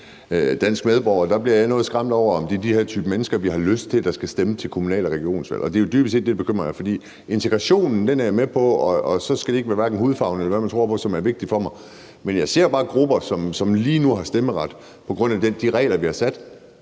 dansk medborger bliver jeg noget skræmt og tænker, om det er den her type mennesker, vi har lyst til skal stemme til kommunal- og regionsvalg. Det er dybest set den bekymring, jeg har. For integrationen er jeg med på, og så er det hverken hudfarven, eller hvad man tror på, der er vigtigt for mig, men jeg ser bare grupper, som lige nu har stemmeret på grund af de regler, vi har